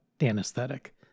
anesthetic